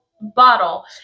bottle